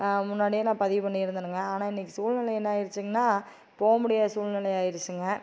முன்னாடியே நான் பதிவு பண்ணி இருந்தேனுங்க ஆனால் இன்னக்கு சூல்நில என்னாயிருச்சுங்கன்னா போக முடியாத சூல்நிலை ஆயிருச்சுங்க